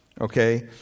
okay